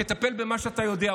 טפל במה שאתה יודע.